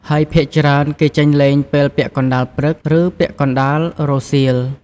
ហើយភាគច្រើន គេចេញលេងពេលពាក់កណ្ដាលព្រឹក ឬ ពាក់កណ្ដាលរសៀល។